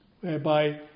whereby